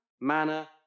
manner